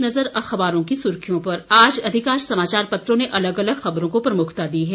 एक नज़र अखबारों की सुर्खियों पर आज अधिकांश समाचार पत्रों ने अलग अलग खबरों को प्रमुखता दी है